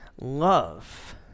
love